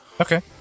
Okay